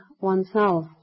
oneself